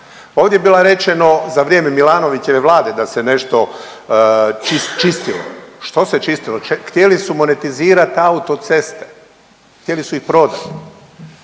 Ovdje je bilo rečeno za vrijeme Milanovićeve Vlade da se nešto čistilo. Što se čistilo? Htjeli su monetizirati autoceste, htjeli su ih prodati.